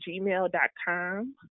gmail.com